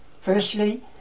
Firstly